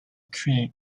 create